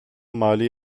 mali